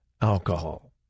alcohol